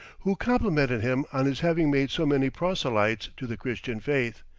who complimented him on his having made so many proselytes to the christian faith,